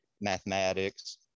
mathematics